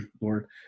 Lord